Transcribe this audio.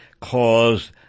caused